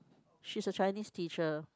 she's a Chinese teacher